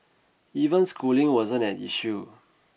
even schooling wasn't an issue